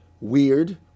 weird